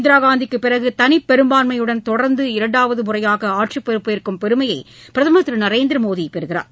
இந்திராகாந்திக்குப் பிறகு தனிப்பெரும்பான்மையுடன் தொடா்ந்து இரண்டாவது முறையாக ஆட்சிப் பொறுப்பேற்கும் பெருமையை பிரதமர் திரு நரேந்திரமோடி பெறகிறார்